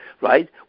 Right